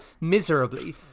miserably